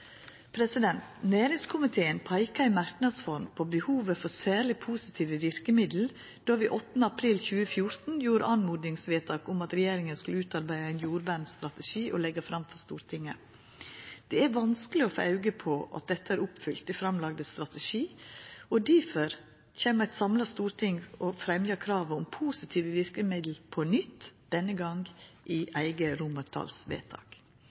Næringskomiteen peika i merknads form på behovet for særleg positive verkemiddel då vi 8. april 2014 gjorde oppmodingsvedtak om at regjeringa skulle utarbeida ein jordvernstrategi og leggja han fram for Stortinget. Det er vanskeleg å få auge på at dette er oppfylt i den framlagde strategien. Difor kjem eit samla storting til å fremja kravet om positive verkemiddel på nytt – denne gongen i eit eige romartalsvedtak.